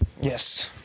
Yes